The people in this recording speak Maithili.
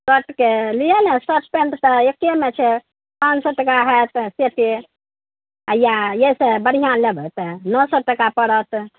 शर्टके लिये नहि तऽ शर्ट पेन्ट तऽ एकेमे छै पाँच सओ टाका हैत तऽ सेटे हइए अइसँ बढ़िआँ लेबय तऽ नओ सओ टाका पड़त